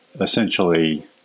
essentially